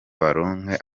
baronke